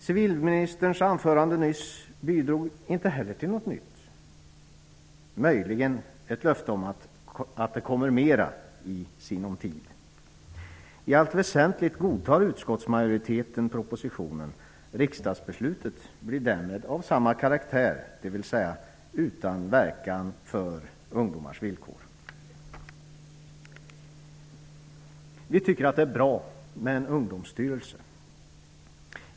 Civilministerns anförande alldeles nyss bidrog inte heller till något nytt, möjligen gav det ett löfte om att det kommer mera i sinom tid. I allt väsentligt godtar utskottsmajoriteten propositionens förslag. Riksdagsbeslutet blir därmed av samma karaktär, dvs. utan verkan för ungdomars villkor. Vi tycker att det är bra med en ungdomsstyrelse.